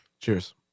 Cheers